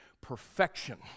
perfection